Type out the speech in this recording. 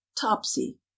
Topsy